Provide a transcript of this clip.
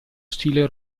stile